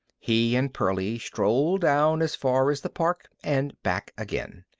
he and pearlie strolled down as far as the park and back again.